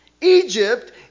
Egypt